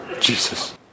Jesus